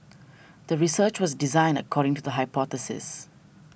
the research was designed according to the hypothesis